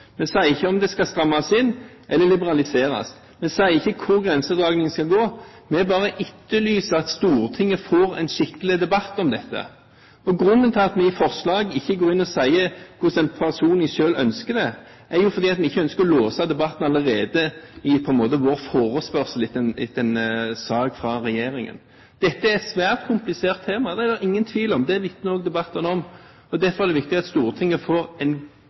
sier ikke om det skal strammes inn eller liberaliseres, vi sier ikke hvor grensedragningen skal gå, vi bare etterlyser at Stortinget får en skikkelig debatt om dette. Grunnen til at vi i forslaget ikke går inn og sier hvordan vi personlig ønsker det, er jo at vi ikke ønsker å låse debatten allerede i vår forespørsel etter en sak fra regjeringen. Dette er et svært komplisert tema, det er det ingen tvil om, og det vitner også debatten om. Derfor er det viktig at Stortinget får en